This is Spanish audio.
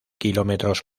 kilómetros